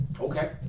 Okay